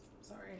sorry